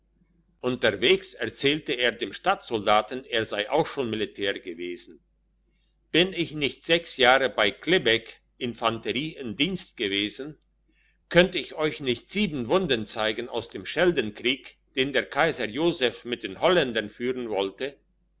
unterwegs erzählte er dem stadtsoldaten er sei auch schon militär gewesen bin ich nicht sechs jahre bei klebeck infanterie in dienst gewesen könnt ich euch nicht sieben wunden zeigen aus dem scheldekrieg den der kaiser joseph mit den holländern führen wollte